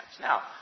Now